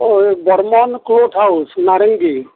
অঁ Barman cloth house Narengi